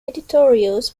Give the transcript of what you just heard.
editorials